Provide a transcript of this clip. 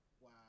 wow